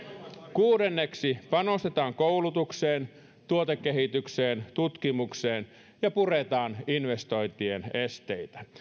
kuudenneksi panostetaan koulutukseen tuotekehitykseen tutkimukseen ja puretaan investointien esteitä